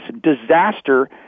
disaster